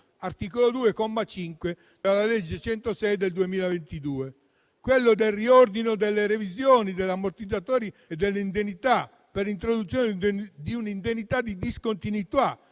(articolo 2, comma 5, della legge n. 106 del 2022). Vi è il tema del riordino e delle revisioni degli ammortizzatori e delle indennità per l'introduzione di un'indennità di discontinuità,